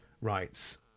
rights